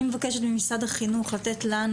אני מבקשת ממשרד החינוך לתת לנו,